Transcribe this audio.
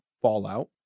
Fallout